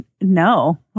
no